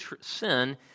sin